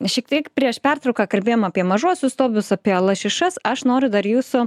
šiek tiek prieš pertrauką kalbėjom apie mažuosius tobius apie lašišas aš noriu dar jūsų